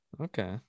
Okay